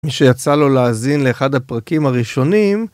מי שיצא לו להאזין לאחד הפרקים הראשונים,